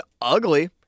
ugly